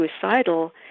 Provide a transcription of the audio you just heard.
suicidal